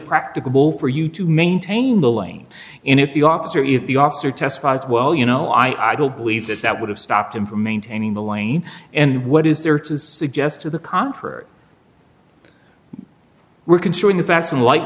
practicable for you to maintain the lane and if the officer if the officer testifies well you know i don't believe that that would have stopped him from maintaining the lane and what is there to suggest to the contrary we're considering the facts in li